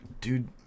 dude